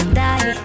die